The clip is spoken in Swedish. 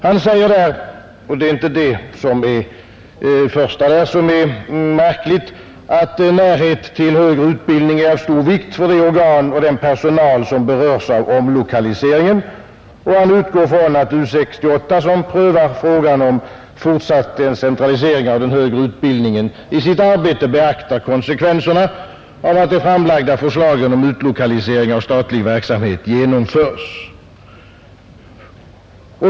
Han säger i denna proposition att närhet till högre utbildning är av stor vikt för det organ och den personal som berörs av lokaliseringen. Han utgår från att U 68, som prövar frågan om fortsatt decentralisering av den högre utbildningen, i sitt arbete beaktar konsekvenserna av att det framlagda förslaget om utlokalisering av statlig verksamhet genomförs.